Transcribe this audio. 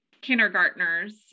kindergartners